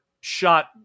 shot